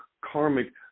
karmic